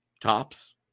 tops